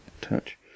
touch